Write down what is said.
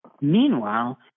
Meanwhile